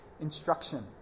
instruction